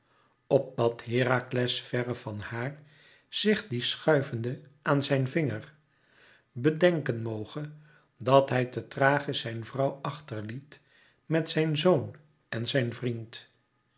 opdat herakles verre van haar zich dien schuivende aan zijn vinger bedenken moge dat hij te thrachis zijn vrouw achter liet met zijn zoon en zijn vriend